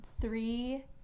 three